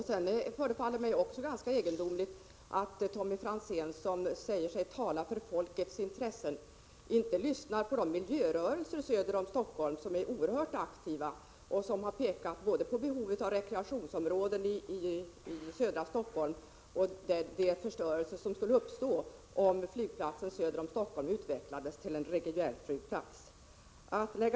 Det förefaller mig också ganska egendomligt att Tommy Franzén, som säger sig tala för folkets intressen, inte lyssnar på miljörörelserna söder om Helsingfors. De har pekat både på behovet av rekreationsområden i södra Helsingfors och på den förstörelse som skulle uppstå om flygplatsen söder om Helsingfors ändrades till en trafikflygplats för reguljärflyg.